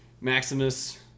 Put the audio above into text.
Maximus